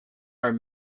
are